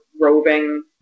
roving